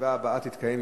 הישיבה הבאה תתקיים,